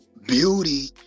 Beauty